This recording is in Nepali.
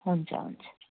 हुन्छ हुन्छ